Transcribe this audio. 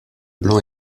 blanc